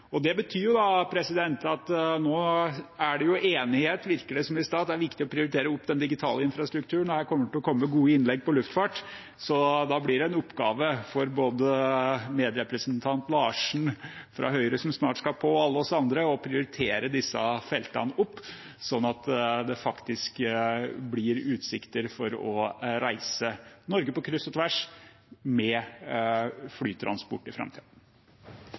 Det betyr at nå er det enighet, virker det som. Det er viktig å prioritere opp den digitale infrastrukturen, og det vil komme gode innlegg om luftfart. Da blir det en oppgave for både medrepresentanten Larsen fra Høyre, som snart skal på, og alle oss andre å prioritere disse feltene opp, sånn at det faktisk blir utsikt for å reise Norge på kryss og tvers med flytransport i